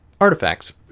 Artifacts